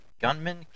Gunman